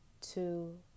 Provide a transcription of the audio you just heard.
two